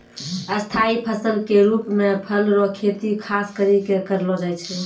स्थाई फसल के रुप मे फल रो खेती खास करि कै करलो जाय छै